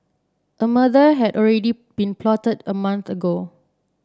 a murder had already been plotted a month ago